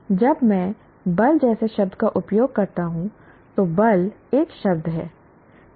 जब मैं बल जैसे शब्द का उपयोग करता हूं तो बल एक शब्द है